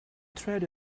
thread